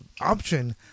option